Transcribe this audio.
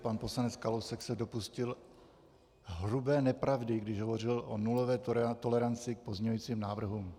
Pan poslanec Kalousek se dopustil hrubé nepravdy, když hovořil o nulové toleranci k pozměňovacím návrhům.